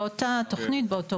באותה תוכנית.